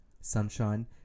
sunshine